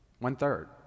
one-third